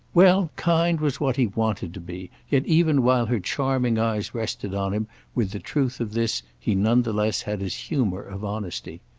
well, kind was what he wanted to be yet even while her charming eyes rested on him with the truth of this he none the less had his humour of honesty.